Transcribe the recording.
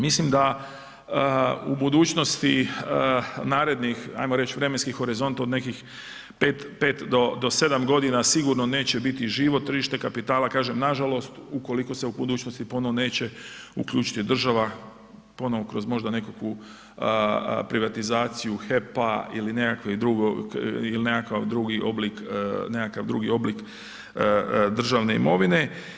Mislim da u budućnosti narednih, ajmo reći vremenski horizont od nekih pet do sedam godina, sigurno neće biti živo tržište kapitala, kažem nažalost ukoliko se u budućnosti puno neće uključiti država ponovo kroz možda nekakvu privatizaciju HEP-a ili nekakav drugi oblik državne imovine.